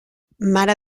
mare